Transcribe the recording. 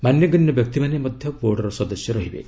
ମାନ୍ୟଗଣ୍ୟ ବ୍ୟକ୍ତିମାନେ ମଧ୍ୟ ବୋର୍ଡରେ ସଦସ୍ୟ ରହିବେ